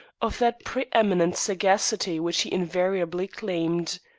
of that pre-eminent sagacity which he invariably claimed.